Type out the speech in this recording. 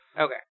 Okay